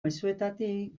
mezuetatik